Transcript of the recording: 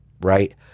right